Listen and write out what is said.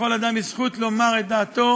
לכל אדם יש זכות לומר את דעתו,